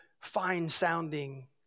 fine-sounding